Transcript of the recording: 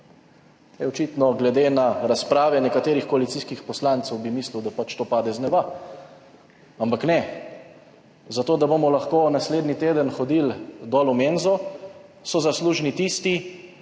očitno glede na razprave nekaterih koalicijskih poslancev bi mislil, da pač to pade z neba, ampak ne. Zato, da bomo lahko naslednji teden hodili dol v menzo so zaslužni tisti,